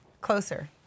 closer